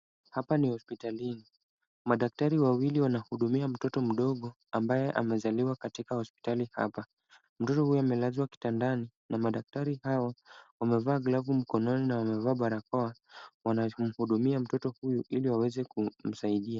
Hapa ni hospitalini. Madaktari wawili wanahudumia mtoto mdogo, ambaye amezaliwa katika hospitali hapa. Mtoto huyu amelazwa kitandani na madaktari hao wamevaa glavu mkononi na wamevaa barakoa. Wana mhudumia mtoto huyu ili waweze kumsaidia.